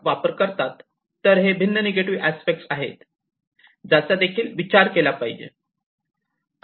तर हे भिन्न निगेटिव अस्पेक्टस आहेत ज्याचा देखील विचार केला पाहिजे